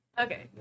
Okay